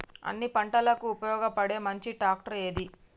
అన్ని పంటలకు ఉపయోగపడే మంచి ట్రాక్టర్ ఏది?